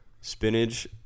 spinach